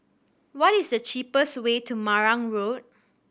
what is the cheapest way to Marang Road